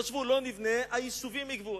חשבו: לא נבנה, היישובים יגוועו.